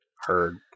Heard